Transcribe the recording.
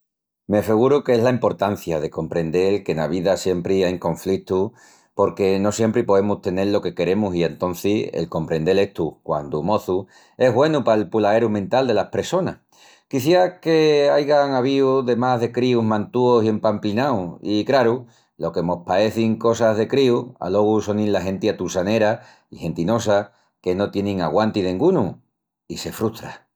Me feguru qu'es la emportancia de comprendel que ena vida siempri ain conflitus porque no siempri poemus tenel lo que queremus i, antocis, el comprendel estu quandu moçu es güenu pal pulaeru mental delas pressonas. Quiciás qu'aigan avíu demás de críus mantúus i empamplinaus, i, craru, lo que mos paecin cosas de críus alogu sonin la genti antussanera i gentinosa que no tien aguanti dengunu i se frustra.